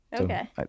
okay